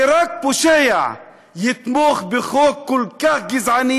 ורק פושע יתמוך בחוק כל כך גזעני,